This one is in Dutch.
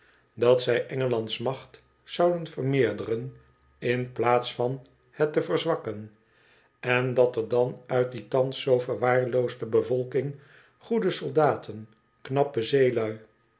dat zij engeland's macht zouden vermeerderen in plaats van het te verzwakken en dat er dan uit die thans zoo verwaarloosde bevolking goede soldaten knappe zeelui